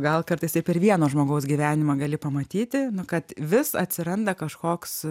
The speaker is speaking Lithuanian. gal kartais ir per vieno žmogaus gyvenimą gali pamatyti kad vis atsiranda kažkoks